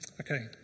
Okay